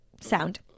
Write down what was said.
sound